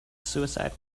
suicide